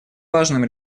важным